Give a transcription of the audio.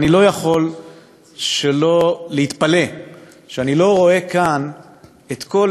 אני לא יכול שלא להתפלא שאני לא רואה כאן את כל